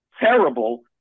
terrible